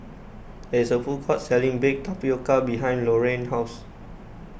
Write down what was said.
there's a food court selling Baked Tapioca behind Lorrayne's house